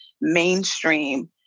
mainstream